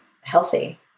healthy